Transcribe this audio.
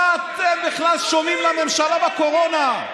דודי, אני, מה אתם בכלל שומעים לממשלה בקורונה?